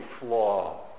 flaw